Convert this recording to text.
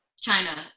China